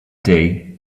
day